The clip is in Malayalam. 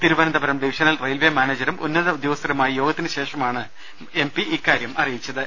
തിരുവനന്തപുരം ഡിവിഷണൽ റയിൽവേ മാനേജരും ഉന്നത ഉദ്യോഗസ്ഥരുമായുളള യോഗത്തിന് ശേഷമാണ് അദ്ദേഹം ഇക്കാര്യം അറിയിച്ചത്